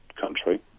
country